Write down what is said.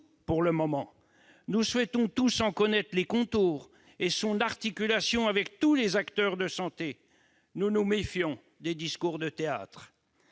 pour le moment. Nous souhaitons tous en connaître les contours et son articulation avec l'ensemble des acteurs de santé. Nous nous méfions des discours de théâtre.